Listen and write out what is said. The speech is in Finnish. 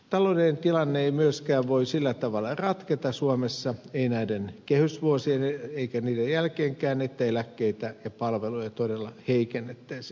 taloudellinen tilanne ei myöskään voi sillä tavalla ratketa suomessa ei näiden kehysvuosien aikana eikä niiden jälkeenkään että eläkkeitä ja palveluja todella heikennettäisiin